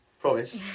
promise